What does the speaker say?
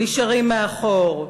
נשארים מאחור.